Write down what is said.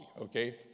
Okay